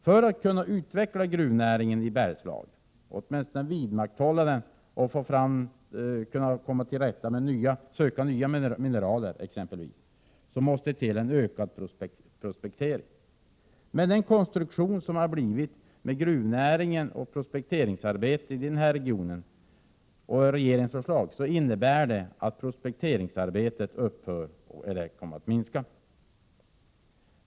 För att kunna utveckla gruvnäringen i Bergslagen — eller åtminstone vidmakthålla den och t.ex. söka nya mineraler — måste det till en ökad prospektering. Men den konstruktion som regeringens förslag medför inom gruvnäringen och prospekteringsarbetet i regionen innebär att prospekteringsarbetet upphör eller kommer att minska.